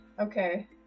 Okay